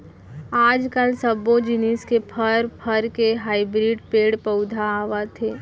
आजकाल सब्बो जिनिस के फर, फर के हाइब्रिड पेड़ पउधा आवत हे